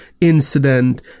incident